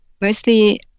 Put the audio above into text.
mostly